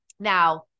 Now